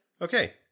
Okay